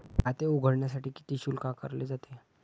खाते उघडण्यासाठी किती शुल्क आकारले जाते?